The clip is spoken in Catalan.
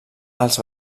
els